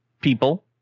people